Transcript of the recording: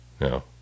no